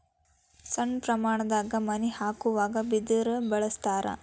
ಸಣ್ಣ ಪ್ರಮಾಣದಾಗ ಮನಿ ಹಾಕುವಾಗ ಬಿದರ ಬಳಸ್ತಾರ